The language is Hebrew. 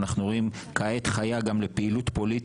אנחנו רואים את זה כעת חיה גם לפעילות פוליטית.